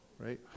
right